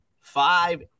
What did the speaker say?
five